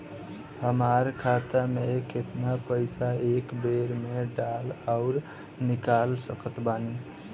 हमार खाता मे केतना पईसा एक बेर मे डाल आऊर निकाल सकत बानी?